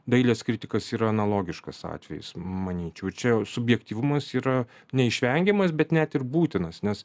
dailės kritikas yra analogiškas atvejis manyčiau čia subjektyvumas yra neišvengiamas bet net ir būtinas nes